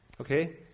Okay